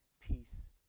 peace